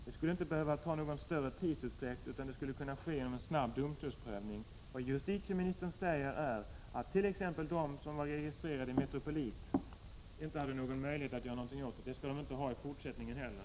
Det skulle inte behöva medföra någon större tidsutdräkt, utan det skulle kunna ske genom en snabb domstolsprövning. Vad justitieministern säger är att t.ex. de som var registrerade i Metropolit inte hade någon möjlighet att göra någonting åt det och att de inte skall ha det i fortsättningen heller.